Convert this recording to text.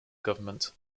government